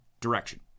direction